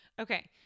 Okay